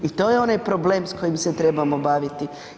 I to je onaj problem s kojim se trebamo baviti.